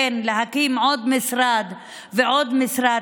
בין להקים עוד משרד ועוד משרד,